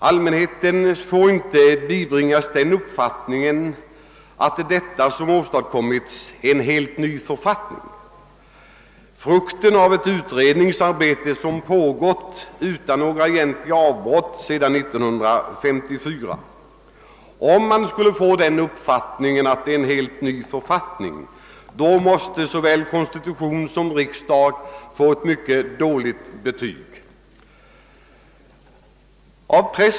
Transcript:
Allmänheten får inte bibringas den uppfattningen att det som nu åstadkommits är en helt ny författning — frukten av ett utredningsarbete som pågått utan några egentliga avbrott sedan 1954. Om man ändå skulle ha den uppfattningen att det här rör sig om en helt ny författning, måste såväl konstitutionsutskottet som riksdagen få ett mycket dåligt betyg.